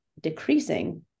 decreasing